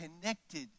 connected